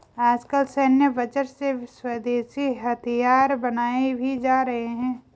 आजकल सैन्य बजट से स्वदेशी हथियार बनाये भी जा रहे हैं